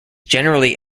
generally